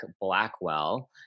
Blackwell